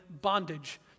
bondage